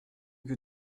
que